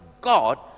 god